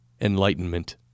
enlightenment